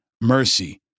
mercy